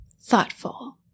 Thoughtful